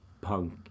punk